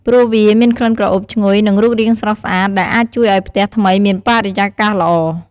ព្រោះវាមានក្លិនក្រអូបឈ្ងុយ និងរូបរាងស្រស់ស្អាត ដែលអាចជួយឲ្យផ្ទះថ្មីមានបរិយាកាសល្អ។